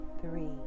three